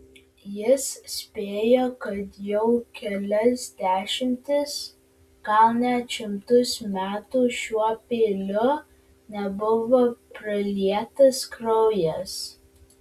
jis spėjo kad jau kelias dešimtis gal net šimtus metų šiuo peiliu nebuvo pralietas kraujas